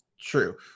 true